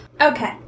okay